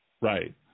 Right